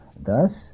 Thus